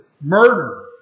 murder